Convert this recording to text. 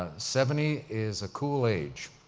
ah seventy is a cool age.